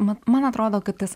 mat man atrodo kad tas